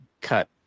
cut